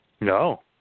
No